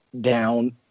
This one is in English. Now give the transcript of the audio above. down